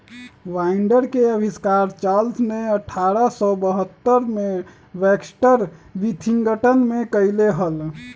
binder के आविष्कार Charles ने अठारह सौ बहत्तर में बैक्सटर विथिंगटन में कइले हल